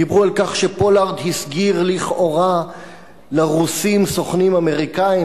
דיברו על כך שפולארד הסגיר לכאורה לרוסים סוכנים אמריקנים,